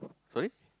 sorry